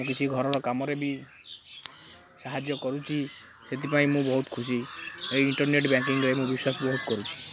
ମୁଁ କିଛି ଘରର କାମରେ ବି ସାହାଯ୍ୟ କରୁଛି ସେଥିପାଇଁ ମୁଁ ବହୁତ ଖୁସି ଏଇ ଇଣ୍ଟରନେଟ୍ ବ୍ୟାଙ୍କିଙ୍ଗରେ ମୁଁ ବିଶ୍ୱାସ ବହୁତ କରୁଛି